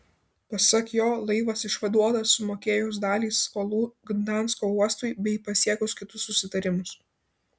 pasak jo laivas išvaduotas sumokėjus dalį skolų gdansko uostui bei pasiekus kitus susitarimus